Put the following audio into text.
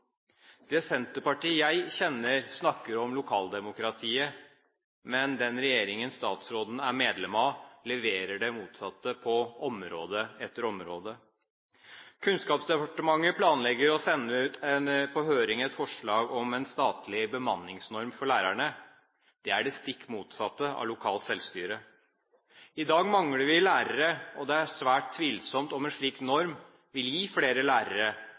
Det Senterpartiet jeg kjenner, snakker om lokaldemokratiet, men den regjeringen statsråden er medlem av, leverer det motsatte på område etter område. Kunnskapsdepartementet planlegger å sende ut på høring et forslag om en statlig bemanningsnorm for lærerne. Det er det stikk motsatte av lokalt selvstyre. I dag mangler vi lærere, og det er svært tvilsomt om en slik norm vil gi flere lærere,